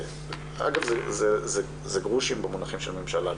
אגב, זה גרושים במונחים של הממשלה גם.